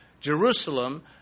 Jerusalem